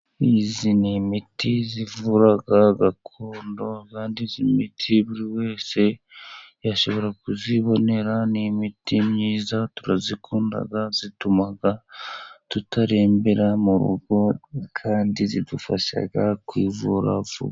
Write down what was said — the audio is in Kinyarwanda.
Iyi ni imiti ivuraga gakondo kandi imiti buri wese yashobora kuyibonera. Ni imiti myiza, turayikunda. Itumaga tutarembera mu rugo kandi idufasha kwivura vuba.